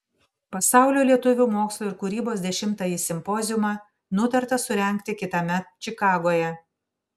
pasaulio lietuvių mokslo ir kūrybos dešimtąjį simpoziumą nutarta surengti kitąmet čikagoje